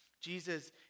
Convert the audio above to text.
Jesus